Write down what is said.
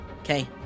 Okay